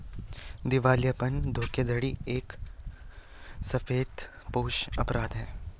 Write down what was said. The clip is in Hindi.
दिवालियापन धोखाधड़ी एक सफेदपोश अपराध है